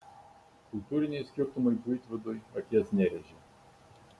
kultūriniai skirtumai buitvidui akies nerėžė